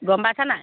গম পাইছা নাই